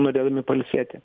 norėdami pailsėti